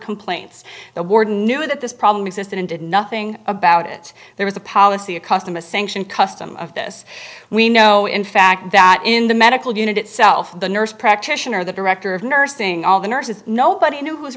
complaints the warden knew that this problem existed and did nothing about it there was a policy a custom a sanction custom of this we know in fact that in the medical unit itself the nurse practitioner the director of nursing all the nurses nobody knew